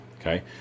Okay